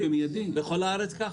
בכל הארץ כך?